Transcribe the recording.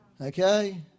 okay